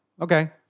Okay